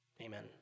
Amen